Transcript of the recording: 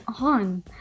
on